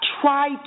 Try